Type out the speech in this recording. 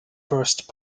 first